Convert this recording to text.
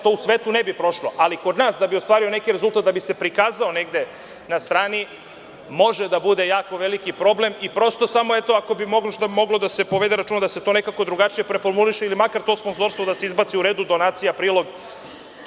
To u svetu ne bi prošlo, ali kod nas da bi ostvario neki rezultat, da bi se prikazao negde na strani može da bude jako veliki problem i ako bi možda moglo da se povede računa da se to nekako drugačije preformuliše ili makar to sponzorstvo da se izbaci u red donacija, priloga.